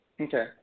Okay